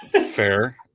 Fair